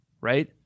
Right